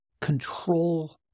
control